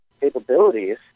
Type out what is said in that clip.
capabilities